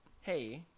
Hey